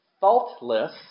faultless